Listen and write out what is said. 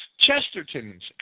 Chesterton's